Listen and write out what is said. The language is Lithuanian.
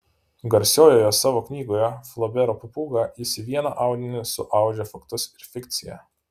garsiojoje savo knygoje flobero papūga jis į vieną audinį suaudžia faktus ir fikciją